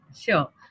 sure